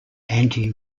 anti